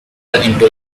into